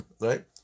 Right